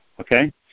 okay